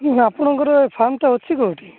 ମୁଁ ଆପଣଙ୍କର ଏ ଫାର୍ମଟା ଅଛି କେଉଁଠି